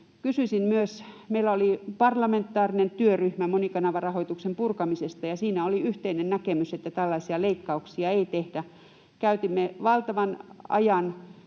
kysyisin myös: Meillä oli parlamentaarinen työryhmä monikanavarahoituksen purkamisesta, ja siinä oli yhteinen näkemys, että tällaisia leikkauksia ei tehdä. Käytimme valtavan ajan